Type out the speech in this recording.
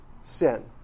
sin